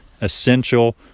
essential